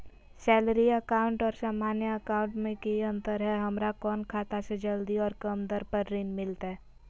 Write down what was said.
Salary account और सामान्य account मे की अंतर है हमरा कौन खाता से जल्दी और कम दर पर ऋण मिलतय?